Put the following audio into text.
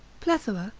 plethora,